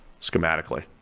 schematically